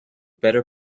better